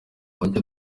mucyo